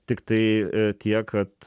tiktai tiek kad